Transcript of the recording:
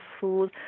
food